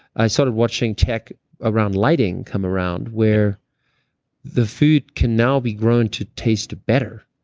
i started watching tech around lighting come around where the food can now be grown to taste better.